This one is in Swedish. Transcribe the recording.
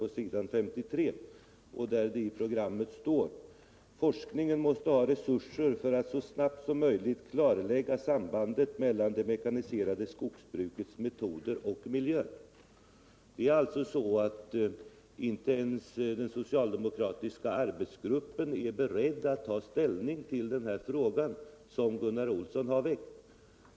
På s. 53 i programmet står det: ”Forskningen måste ha resurser för att så snabbt som möjligt klarlägga sambandet mellan det mekaniserade skogsbrukets metoder och miljön.” Det är alltså så att inte ens den socialdemokratiska arbetsgruppen är beredd att ta ställning till den fråga som Gunnar Olsson har väckt.